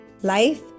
life